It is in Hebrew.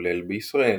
כולל בישראל.